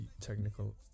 technical